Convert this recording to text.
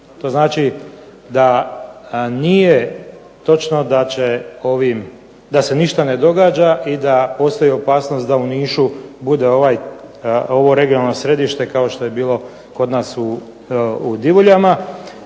To znači da nije točno da će ovim, da se ništa ne događa i da postoji opasnost da u Nišu bude ovo regionalno središte kao što je bilo kod nas u Divuljama.